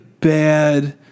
bad